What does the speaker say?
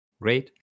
Great